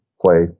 play